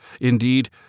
Indeed